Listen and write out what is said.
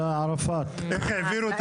איך העבירו את